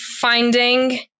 finding